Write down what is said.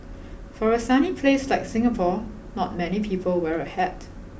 for a sunny place like Singapore not many people wear a hat